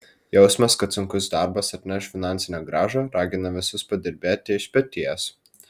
jausmas kad sunkus darbas atneš finansinę grąžą ragina visus padirbėti iš peties